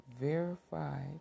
verified